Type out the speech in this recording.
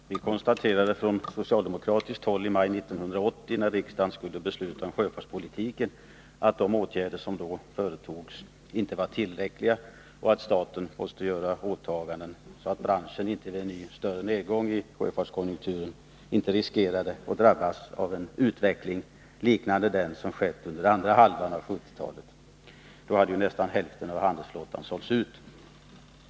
Herr talman! Vi konstaterade från socialdemokratiskt håll i maj 1980, när riksdagen skulle besluta om sjöfartspolitiken, att de åtgärder som då företogs inte var tillräckliga och att staten måste göra sådana åtaganden att branschen vid en ny större nedgång i sjöfartskonjunkturen inte riskerade att drabbas av en utveckling liknande den som skett under andra halvan av 1970-talet — då hade nästan hälften av handelsflottan sålts ut.